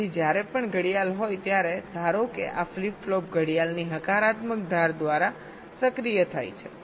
તેથી જ્યારે પણ ઘડિયાળ હોય ત્યારે ધારો કે આ ફ્લિપ ફ્લોપ ઘડિયાળની હકારાત્મક ધાર દ્વારા સક્રિય થાય છે